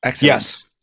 Yes